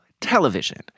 television